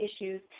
issues